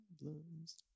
problems